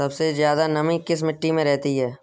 सबसे ज्यादा नमी किस मिट्टी में रहती है?